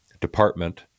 department